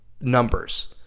numbers